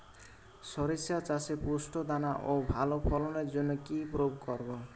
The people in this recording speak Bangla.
শরিষা চাষে পুষ্ট দানা ও ভালো ফলনের জন্য কি প্রয়োগ করব?